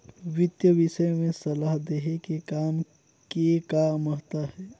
वितीय विषय में सलाह देहे के काम के का महत्ता हे?